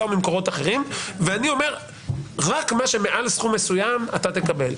או ממקורות אחרים ואני אומר רק מה שמעל סכום מסוים אתה תקבל.